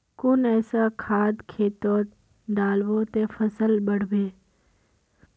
कुन ऐसा खाद खेतोत डालबो ते फसल बढ़बे?